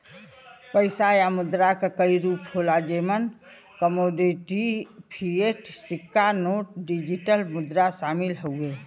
पइसा या मुद्रा क कई रूप होला जेमन कमोडिटी, फ़िएट, सिक्का नोट, डिजिटल मुद्रा शामिल हउवे